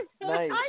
Nice